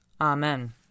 Amen